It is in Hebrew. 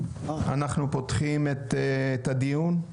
אנחנו פותחים את הדיון,